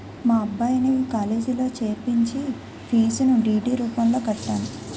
మా అబ్బాయిని కాలేజీలో చేర్పించి ఫీజును డి.డి రూపంలో కట్టాను